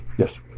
Yes